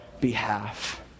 behalf